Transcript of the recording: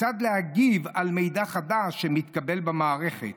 כיצד להגיב על מידע חדש שמתקבל במערכת.